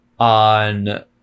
on